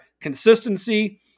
consistency